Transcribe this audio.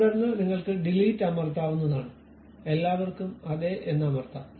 തുടർന്ന് നിങ്ങൾക്ക് ഡിലീറ്റ് അമർത്താവുന്നതാണ് എല്ലാവർക്കും അതെ എന്ന് അമർത്താം